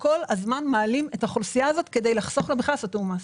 כל הזמן מעלים את האוכלוסייה הזאת כדי לחסוך לה לעשות תיאום מס.